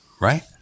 right